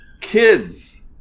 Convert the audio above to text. Kids